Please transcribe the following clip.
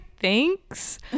thanks